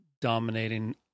dominating